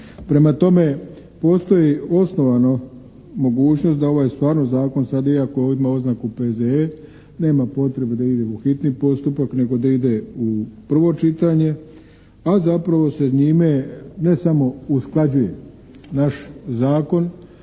Prema tome, postoji osnovano mogućnost da ovaj stvarno zakon sad iako on ima oznaku P.Z.E. nema potrebe da ide u hitni postupak nego da ide u prvo čitanje, a zapravo se njime ne samo usklađuje naš zakon